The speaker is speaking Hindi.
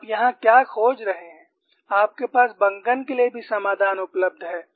आप यहां क्या खोज रहे हैं आपके पास बंकन के लिए भी समाधान उपलब्ध है